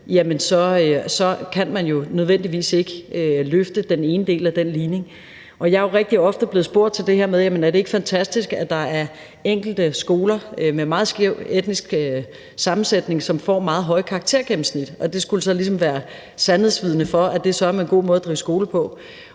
så kan man jo nødvendigvis ikke løfte den ene del af den ligning. Jeg er jo rigtig ofte blevet spurgt til det her med, om det ikke er fantastisk, at der er enkelte skoler med en meget skæv etnisk sammensætning, som får meget høje karaktergennemsnit, og det skulle så være sandhedsvidne for, at det søreme er en god måde at drive skole på.